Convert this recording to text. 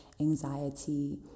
anxiety